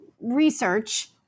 research